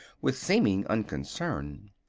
with seeming unconcern.